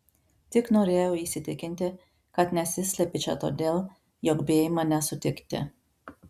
tik norėjau įsitikinti kad nesislepi čia todėl jog bijai mane sutikti